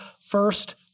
first